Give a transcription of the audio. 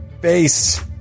base